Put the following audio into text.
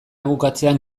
bukatzean